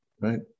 right